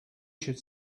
should